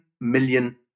million